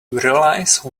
realize